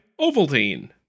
Ovaltine